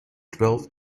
twelve